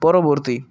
পরবর্তী